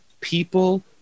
People